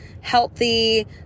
healthy